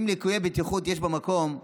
אם ליקויי בטיחות יש במקום,